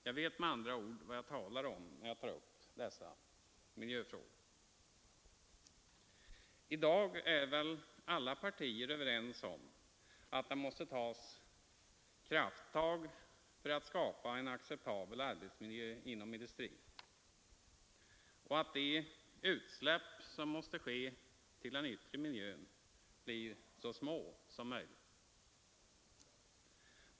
Jag vet med andra ord vad jag talar om när jag tar upp dessa miljöfrågor. I dag är väl alla partier överens om att det måste tas krafttag för att skapa en acceptabel arbetsmiljö inom industrin och att utsläppen till den yttre miljön måste bli så små som möjligt.